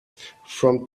from